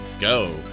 go